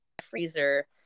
freezer